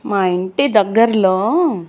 మా ఇంటి దగ్గరలో